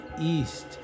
East